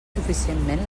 suficientment